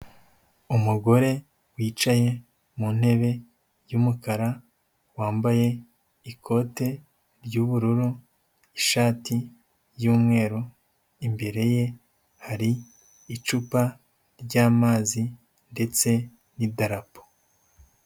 Umugore wicaye mu ntebe y'umukara, wambaye ikote ry'ubururu, ishati y'umweru, imbere ye hari icupa ry'amazi ndetse n'idarapo.